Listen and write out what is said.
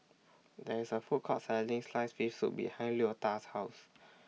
There IS A Food Court Selling Sliced Fish Soup behind Leota's House